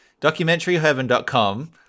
Documentaryheaven.com